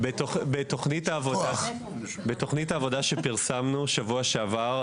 בתוכנית העבודה שפרסמנו בשבוע שעבר,